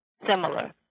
similar